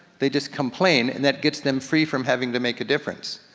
they just complain, and that gets them free from having to make a difference.